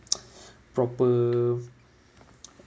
proper